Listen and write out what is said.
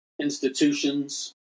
institutions